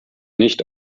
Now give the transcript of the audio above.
nicht